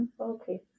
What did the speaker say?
okay